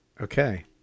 Okay